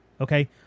Okay